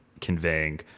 conveying